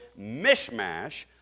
mishmash